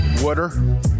Water